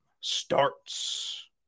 starts